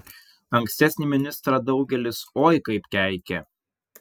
ankstesnį ministrą daugelis oi kaip keikė